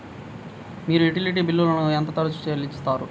మీరు యుటిలిటీ బిల్లులను ఎంత తరచుగా చెల్లిస్తారు?